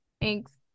Thanks